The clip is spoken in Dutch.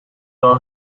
wel